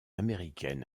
américaine